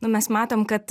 nu mes matom kad